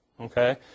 okay